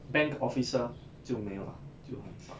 bank officer 就没有 lah 就